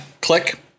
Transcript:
Click